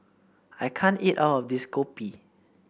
I can't eat all of this Kopi